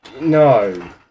No